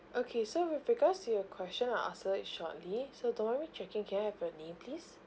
okay so with regards to your question I'll answer it shortly so don't mind me checking can I have your name please